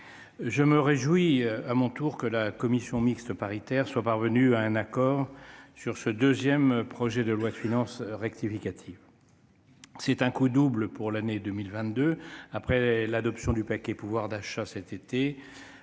je me réjouis à mon tour que la commission mixte paritaire soit parvenue à un accord sur le deuxième projet de loi de finances rectificative de l'année. C'est un coup double pour l'année 2022 : après l'adoption du paquet pouvoir d'achat cet été,